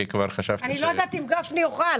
כי כבר חשבתי --- אני לא יודעת אם גפני יוכל.